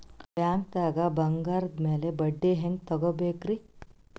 ಬ್ಯಾಂಕ್ದಾಗ ಬಂಗಾರದ್ ಮ್ಯಾಲ್ ಬಡ್ಡಿ ಹೆಂಗ್ ತಗೋಬೇಕ್ರಿ?